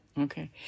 Okay